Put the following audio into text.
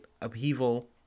upheaval